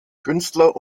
künstler